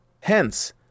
Hence